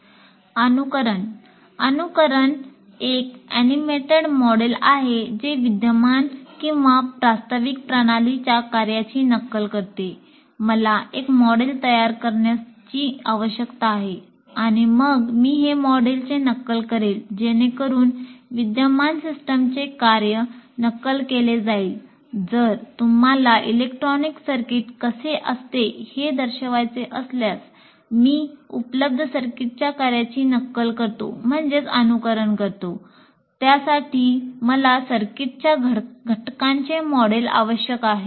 अनुकरण अनुकरण एक अॅनिमेटेड मॉडेल कार्याची नक्कल करतो त्यासाठी मला सर्किटच्या घटकांचे मॉडेल आवश्यक आहे